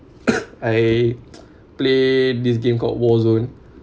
I play this game called war zone